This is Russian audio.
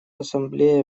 ассамблея